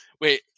Wait